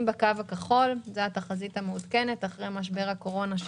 בקו הכחול זה התחזית המעודכנת אחרי משבר הקורונה,